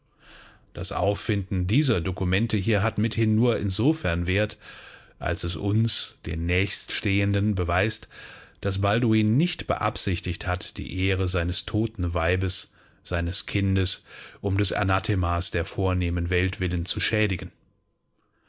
das auffinden dieser dokumente hier hat mithin nur insofern wert als es uns den nächststehenden beweist daß balduin nicht beabsichtigt hat die ehre seines toten weibes seines kindes um des anathemas der vornehmen welt willen zu schädigen